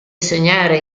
segnare